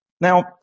Now